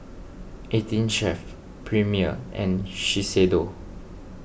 eighteen Chef Premier and Shiseido